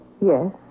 Yes